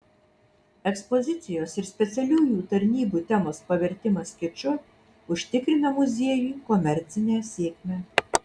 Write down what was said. ekspozicijos ir specialiųjų tarnybų temos pavertimas kiču užtikrina muziejui komercinę sėkmę